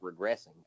regressing